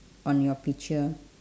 on your picture